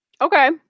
Okay